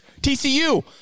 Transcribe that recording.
TCU